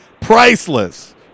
priceless